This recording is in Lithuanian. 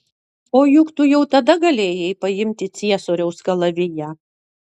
o juk tu jau tada galėjai paimti ciesoriaus kalaviją